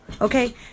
okay